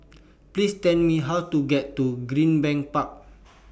Please Tell Me How to get to Greenbank Park